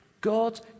God